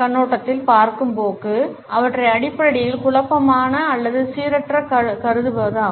கண்ணோட்டத்தில் பார்க்கும் போக்கு அவற்றை அடிப்படையில் குழப்பமான அல்லது சீரற்றதாகக் கருதுவதாகும்